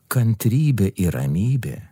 kantrybė ir ramybė